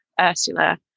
Ursula